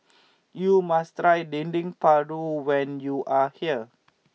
you must try Dendeng Paru when you are here